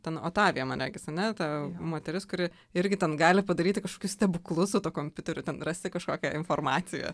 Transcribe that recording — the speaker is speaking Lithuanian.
ten otavija man regis ane ta moteris kuri irgi ten gali padaryti kažkokius stebuklus su tuo kompiuteriu ten rasti kažkokią informaciją